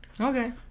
okay